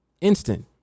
instant